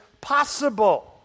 possible